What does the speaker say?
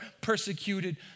persecuted